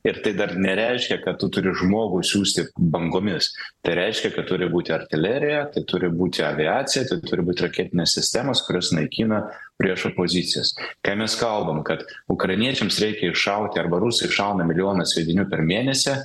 ir tai dar nereiškia kad tu turi žmogų siųsti bangomis tai reiškia kad turi būti artilerija tai turi būti aviacija tu turi būti raketinės sistemos kurios naikina priešo pozicijas kai mes kalbam kad ukrainiečiams reikia iššauti arba rusai šauna milijoną sviedinių per mėnesį